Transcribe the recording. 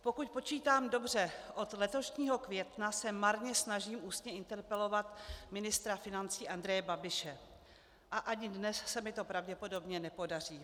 Pokud počítám dobře, od letošního května se marně snažím ústně interpelovat ministra financí Andreje Babiše a ani dnes se mi to pravděpodobně nepodaří.